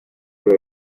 biba